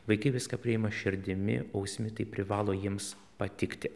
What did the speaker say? vaikai viską priima širdimi ausimi tai privalo jiems patikti